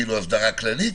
כהסדרה כללית,